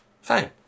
fine